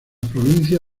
provincia